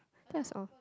that's all